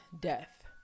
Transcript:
death